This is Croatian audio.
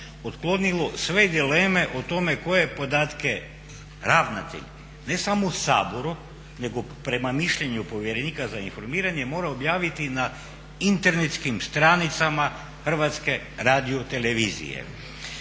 otklonilo sve dileme o tome koje podatke ravnatelj ne samo u Saboru nego prema mišljenju povjerenika za informiranje morao objaviti na internetskim stranicama Hrvatske radiotelevizije.